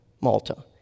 Malta